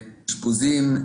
אשפוזים.